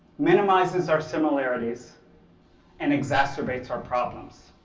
minimises our similarities and exacerbates our problems.